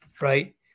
right